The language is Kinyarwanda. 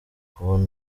kubona